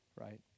Right